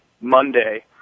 Monday